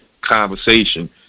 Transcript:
conversation